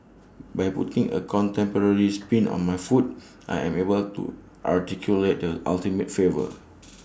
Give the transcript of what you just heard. by putting A contemporary spin on my food I am able to articulate the ultimate flavour